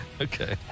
Okay